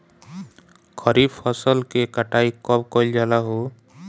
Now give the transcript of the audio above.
खरिफ फासल के कटाई कब कइल जाला हो?